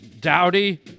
Dowdy